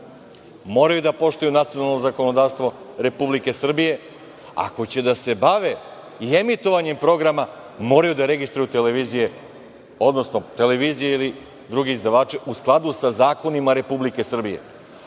Moraju da poštuju nacionalno zakonodavstvo Republike Srbije. Ako će da se bave i emitovanjem programa, moraju da registruju televizije, odnosno druge izdavače u skladu sa zakonima Republike Srbije.